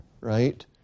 right